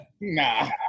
nah